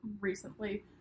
recently